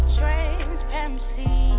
transparency